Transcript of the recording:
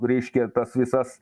reiškia tas visas